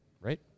right